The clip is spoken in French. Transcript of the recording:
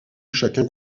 chacun